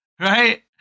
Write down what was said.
right